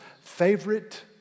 favorite